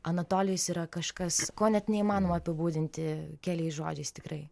anatolijus yra kažkas ko net neįmanoma apibūdinti keliais žodžiais tikrai